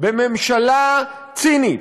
בממשלה צינית,